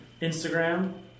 instagram